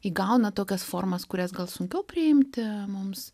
įgauna tokias formas kurias gal sunkiau priimti mums